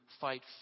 fight